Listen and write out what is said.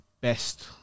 best